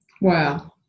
Wow